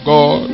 God